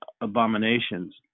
abominations